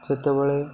ଯେତେବେଳେ